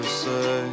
say